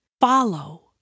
Follow